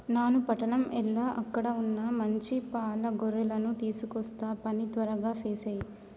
నాను పట్టణం ఎల్ల అక్కడ వున్న మంచి పాల గొర్రెలను తీసుకొస్తా పని త్వరగా సేసేయి